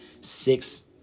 six